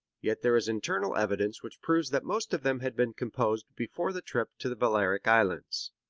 yet there is internal evidence which proves that most of them had been composed before the trip to the balearic islands.